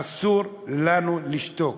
אסור לנו לשתוק.